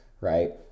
right